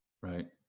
Right